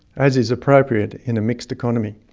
as is appropriate in a mixed economy.